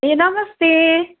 ए नमस्ते